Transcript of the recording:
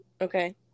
okay